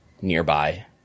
nearby